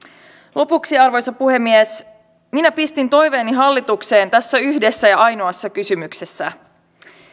lopuksi arvoisa puhemies minä pistin toiveeni hallitukseen tässä yhdessä ja ainoassa kysymyksessä